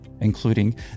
including